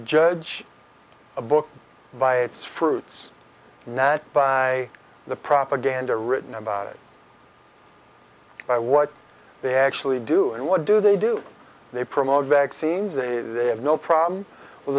judge a book by its fruits now by the propaganda written about it by what they actually do and what do they do they promote vaccines they they have no problem with